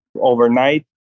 overnight